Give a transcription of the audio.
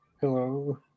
Hello